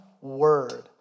word